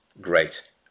great